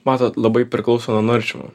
matot labai priklauso nuo naršymo